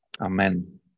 Amen